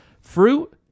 fruit